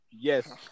yes